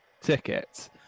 tickets